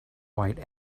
white